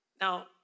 Now